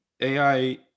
AI